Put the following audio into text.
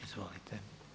Izvolite.